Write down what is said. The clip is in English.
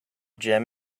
gem